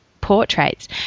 portraits